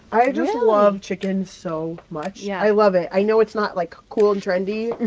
i just love chicken so much yeah i love it. i know it's not, like, cool and trendy.